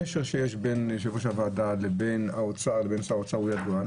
הקשר שיש בין יושב-ראש הוועדה לבין שר האוצר הוא ידוע.